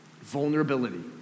Vulnerability